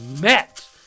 met